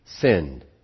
sinned